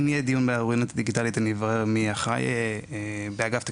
אם יהיה דיון על האוריינות הדיגיטלית אני אברר מי אחראי באגף תקציבים.